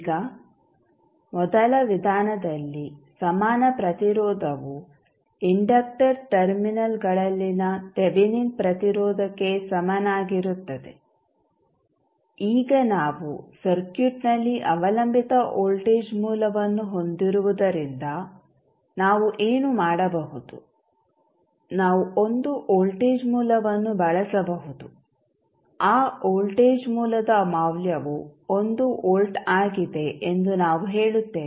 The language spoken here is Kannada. ಈಗ ಮೊದಲ ವಿಧಾನದಲ್ಲಿ ಸಮಾನ ಪ್ರತಿರೋಧವು ಇಂಡಕ್ಟರ್ ಟರ್ಮಿನಲ್ಗಳಲ್ಲಿನ ತೆವೆನಿನ್ ಪ್ರತಿರೋಧಕ್ಕೆ ಸಮನಾಗಿರುತ್ತದೆ ಈಗ ನಾವು ಸರ್ಕ್ಯೂಟ್ನಲ್ಲಿ ಅವಲಂಬಿತ ವೋಲ್ಟೇಜ್ ಮೂಲವನ್ನು ಹೊಂದಿರುವುದರಿಂದ ನಾವು ಏನು ಮಾಡಬಹುದು ನಾವು ಒಂದು ವೋಲ್ಟೇಜ್ ಮೂಲವನ್ನು ಬಳಸಬಹುದು ಆ ವೋಲ್ಟೇಜ್ ಮೂಲದ ಮೌಲ್ಯವು 1 ವೋಲ್ಟ್ ಆಗಿದೆ ಎಂದು ನಾವು ಹೇಳುತ್ತೇವೆ